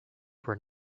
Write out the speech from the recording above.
were